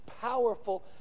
powerful